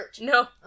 No